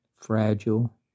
fragile